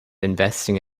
investing